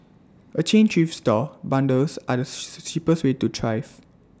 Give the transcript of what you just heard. A chain thrift store bundles are the cheapest way to thrift